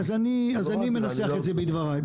אז אני מנסח את זה בדרך שלי.